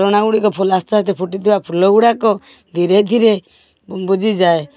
ଝରଣାଗୁଡ଼ିକ ଫୁଲ ଆସ୍ତେ ଆସ୍ତେ ଫୁଟିଥିବା ଫୁଲଗୁଡ଼ାକ ଧୀରେ ଧୀରେ ବୁଜିଯାଏ